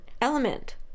element